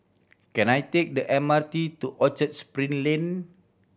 can I take the M R T to Orchard Spring Lane